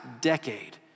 decade